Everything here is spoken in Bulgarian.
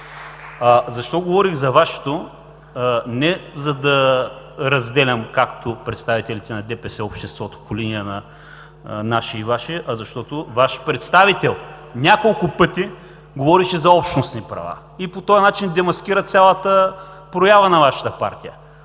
Защо говорих за Вашето – не за да разделям, както представилите на ДПС, обществото по линия на наши и ваши, а защото Ваш представител няколко пъти говореше за общностни права и по този начин демаскира цялата проява на Вашата партия: